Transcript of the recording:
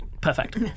Perfect